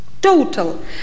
total